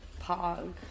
Pog